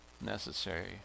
necessary